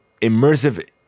immersive